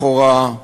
לכאורה,